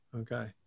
Okay